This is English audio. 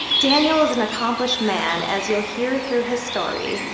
daniel is an accomplished man, as you'll hear through his story,